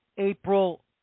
April